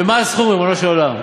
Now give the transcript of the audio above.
ומה הסכום, ריבונו של עולם?